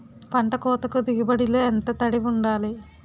పంట కోతకు దిగుబడి లో ఎంత తడి వుండాలి?